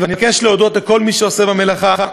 אני מבקש להודות לכל מי שעושה במלאכה.